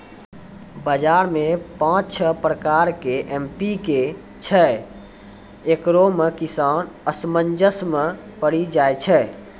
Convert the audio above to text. बाजार मे पाँच छह प्रकार के एम.पी.के छैय, इकरो मे किसान असमंजस मे पड़ी जाय छैय?